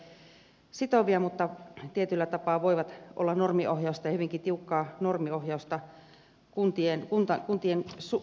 vaikka ne eivät periaatteessa ole sitovia tietyllä tapaa ne voivat olla normiohjausta hyvinkin tiukkaa normiohjausta kuntien suuntaan